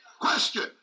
Question